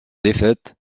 défaite